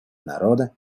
народа